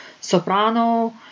soprano